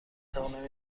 توانم